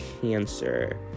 cancer